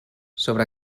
sobre